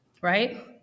right